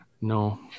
No